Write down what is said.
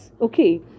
okay